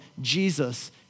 Jesus